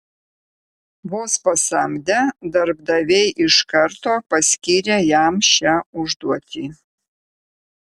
vos pasamdę darbdaviai iš karto paskyrė jam šią užduotį